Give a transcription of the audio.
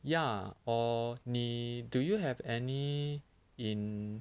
ya or 你 do you have any in